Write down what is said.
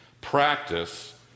Practice